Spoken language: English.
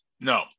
no